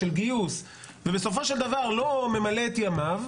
של גיוס ובסופו של דבר לא ממלא את ימיו,